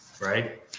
right